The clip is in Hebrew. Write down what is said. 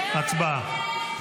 הצבעה.